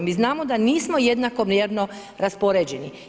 Mi znamo da nismo jednakomjerno raspoređeni.